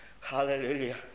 Hallelujah